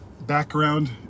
background